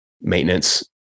maintenance